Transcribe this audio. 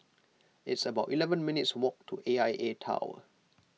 it's about eleven minutes' walk to A I A Tower